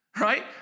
right